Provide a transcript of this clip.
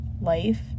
life